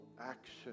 action